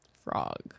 frog